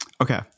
Okay